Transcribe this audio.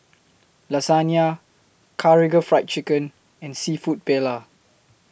Lasagna Karaage Fried Chicken and Seafood Paella